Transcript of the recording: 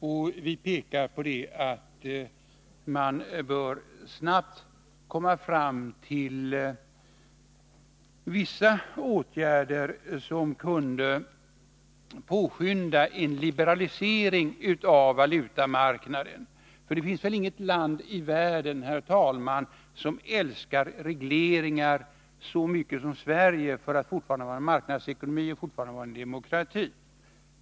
Man bör, påpekar vi, snabbt komma fram till vissa åtgärder som kan påskynda en liberalisering av valutamarknaden. Det finns väl inget annat land i världen som älskar regleringar så mycket som Sverige, ett land som ju fortfarande är en demokrati och tillämpar marknadsekonomi.